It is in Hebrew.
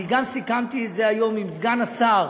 אני גם סיכמתי את זה היום עם סגן השר,